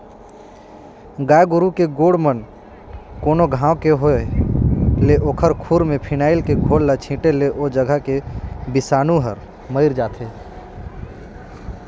गाय गोरु के गोड़ म कोनो घांव के होय ले ओखर खूर में फिनाइल के घोल ल छींटे ले ओ जघा के बिसानु हर मइर जाथे